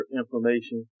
information